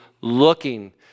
looking